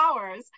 hours